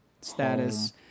Status